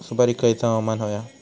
सुपरिक खयचा हवामान होया?